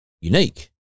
unique